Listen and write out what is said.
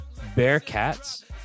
Bearcats